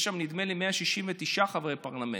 יש שם, נדמה לי, 169 חברי פרלמנט,